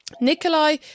Nikolai